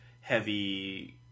heavy